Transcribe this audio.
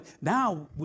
now